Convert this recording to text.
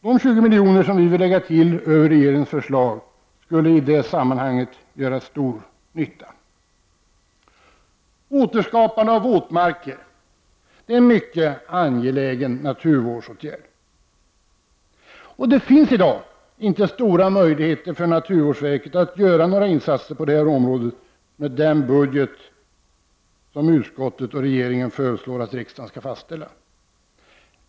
De 20 milj.kr. som vi vill lägga till utöver regeringens förslag skulle i det sammanhanget göra stor nytta. Återskapande av våtmarker är en mycket angelägen naturvårdsåtgärd. Det finns i dag inte stora möjligheter för naturvårdsverket att göra några insatser på det här området med den budget som utskottet och regeringen föreslår att riksdagen skall fastställa.